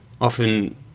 often